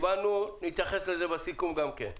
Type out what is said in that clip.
נתייחס לזה גם בסיכום.